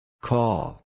Call